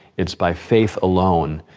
it's by faith alone.